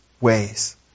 ways